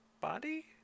body